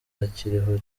akiriho